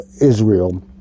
Israel